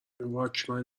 واکمن